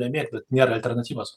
nemėgti nėra alternatyvos